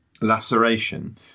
laceration